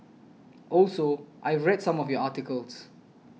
also I read some of your articles